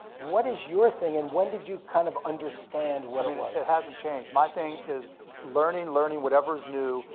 what is your thing and when did you kind of understand what i mean it hasn't changed. my thing is learning, learning whatever's new,